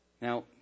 Now